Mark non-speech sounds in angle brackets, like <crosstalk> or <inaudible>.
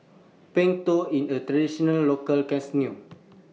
Png Tao in A Traditional Local <unintelligible>